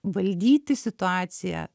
valdyti situaciją